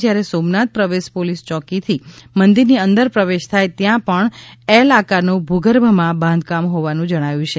જ્યારે સોમનાથ પ્રવેશ પોલીસ ચોકીથી મંદિરની અંદર પ્રવેશ થાય ત્યાં પણ એલ આકારનું ભૂગર્ભમાં બાંધકામ હોવાનું જણાયુ છે